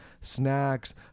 snacks